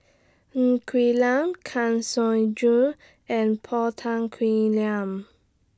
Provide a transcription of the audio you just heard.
Ng Quee Lam Kang Siong Joo and Paul Tan Kuih Liang